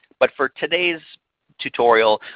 but for today's tutorial,